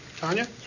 Tanya